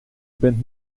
bent